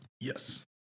yes